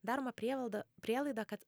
daroma prielaida prielaidą kad